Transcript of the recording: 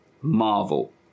marvel